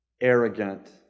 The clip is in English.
arrogant